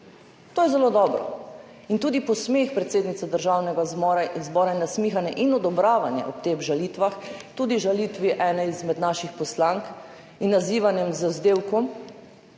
To je zelo dobro. Tudi posmeh predsednice Državnega zbora in nasmihanje in odobravanje ob teh žalitvah, tudi žalitvi ene izmed naših poslank, in nazivanje z vzdevkom